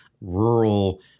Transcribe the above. rural